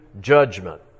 judgment